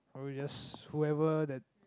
or we just whoever that